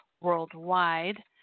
worldwide